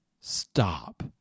Stop